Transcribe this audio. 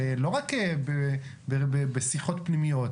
לא רק בשיחות פנימיות,